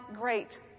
great